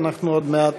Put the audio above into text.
עוד מעט